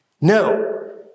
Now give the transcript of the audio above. No